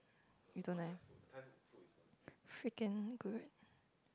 you don't like freaking good